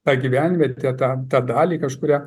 tą gyvenvietę tą tą dalį kažkurią